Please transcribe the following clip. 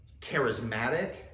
charismatic